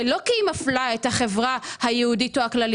וזה שהמדינה עושה את זה זה לא כי היא מפלה את החברה היהודית או הכללית,